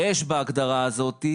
יש בהגדרה הזאת,